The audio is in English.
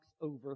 over